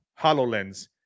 HoloLens –